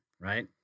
right